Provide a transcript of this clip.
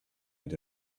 had